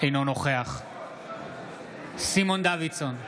אינו נוכח סימון דוידסון,